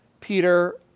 Peter